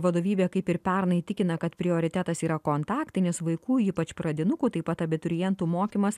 vadovybė kaip ir pernai tikina kad prioritetas yra kontaktinis vaikų ypač pradinukų taip pat abiturientų mokymas